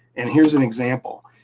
and here's an example,